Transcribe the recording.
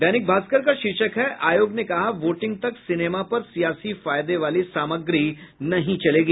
दैनिक भास्कर का शीर्षक है आयोग ने कहा वोटिंग तक सिनेमा पर सियासी फायदे वाली सामग्री नहीं चलेगी